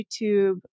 YouTube